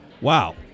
Wow